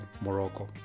morocco